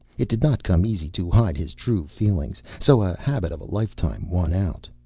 it did not come easy to hide his true feelings. so a habit of a lifetime won out.